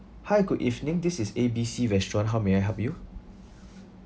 hi good evening this is A B C restaurant how may I help you